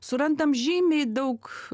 surandam žymiai daug